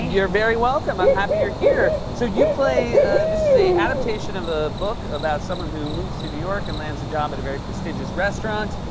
you're very welcome. i'm happy you're here. so you play this is a adaptation of a book about someone who moves to new york and lands a job at a very prestigious restaurant.